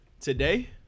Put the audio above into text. Today